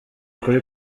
kuri